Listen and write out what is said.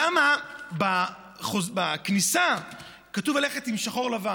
למה בכניסה כתוב להם ללכת בשחור-לבן.